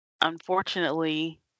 unfortunately